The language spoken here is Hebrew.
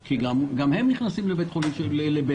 כי גם הם נכנסים לבילינסון.